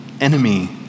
enemy